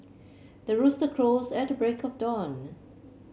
the rooster crows at the break of dawn